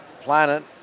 planet